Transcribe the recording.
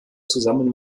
zusammen